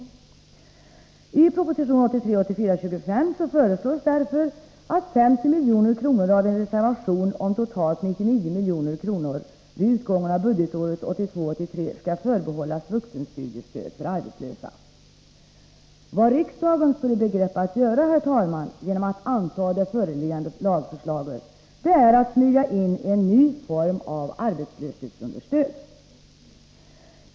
I proposition 1983 83 skall förbehållas vuxenstudiestöd för arbetslösa. Herr talman! Vad riksdagen står i begrepp att göra genom att anta det föreliggande lagförslaget är att smyga in en ny form av arbetslöshetsunderstöd.